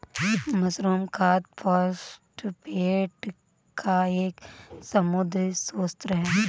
mushroom खाद phosphate का एक समृद्ध स्रोत है